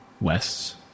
west